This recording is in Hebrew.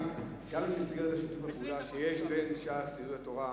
גם במסגרת שיתוף הפעולה שיש בין ש"ס ליהדות התורה,